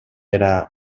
era